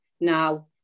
now